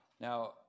Now